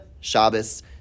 Shabbos